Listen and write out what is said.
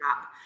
up